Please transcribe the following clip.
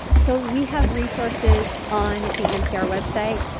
so we have resources on the npr website,